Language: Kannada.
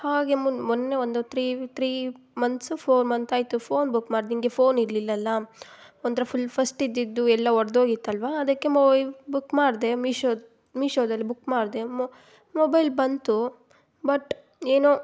ಹಾಗೆ ಮೊನ್ನೆ ಮೊನ್ನೆ ಒಂದು three three months four month ಆಯಿತು ಫೋನ್ ಬುಕ್ ಮಾಡಿ ನಿಂಗೆ ಫೋನ್ ಇರಲಿಲ್ಲಲ್ಲಾ ಒಂಥರಾ ಫುಲ್ ಫಸ್ಟ್ ಇದ್ದಿದ್ದು ಎಲ್ಲ ಒಡೆದೋಗಿತ್ತಲ್ವಾ ಅದಕ್ಕೆ ಬುಕ್ ಮಾಡಿದೆ ಮೀಶೋ ಮೀಶೋದಲ್ಲಿ ಬುಕ್ ಮಾಡಿದೆ ಮೊಬೈಲ್ ಬಂತು ಬಟ್ ಏನೋ